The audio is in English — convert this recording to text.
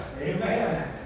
amen